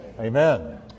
Amen